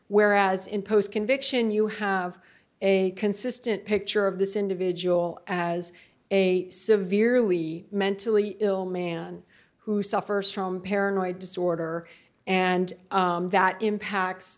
whereas in post conviction you have a consistent picture of this individual as a severely mentally ill man who suffers from paranoid disorder and that impacts